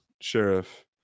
sheriff